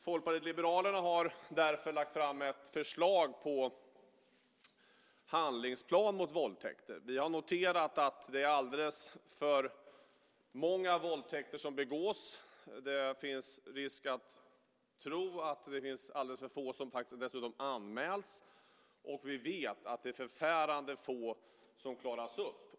Folkpartiet liberalerna har därför lagt fram ett förslag till handlingsplan mot våldtäkter. Vi har noterat att det är alldeles för många våldtäkter som begås. Ändå finns risk att tro att det är alldeles för få som faktiskt anmäls. Och vi vet att det är förfärande få som klaras upp.